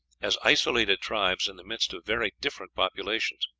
as isolated tribes in the midst of very different populations.